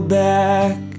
back